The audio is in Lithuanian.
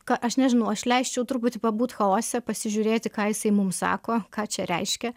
ką aš nežinau aš leisčiau truputį pabūt chaose pasižiūrėti ką jisai mums sako ką čia reiškia